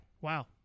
Wow